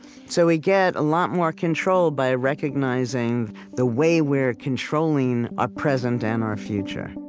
so we get a lot more control by recognizing the way we're controlling our present and our future